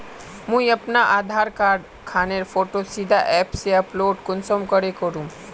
मुई अपना आधार कार्ड खानेर फोटो सीधे ऐप से डाउनलोड कुंसम करे करूम?